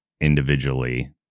individually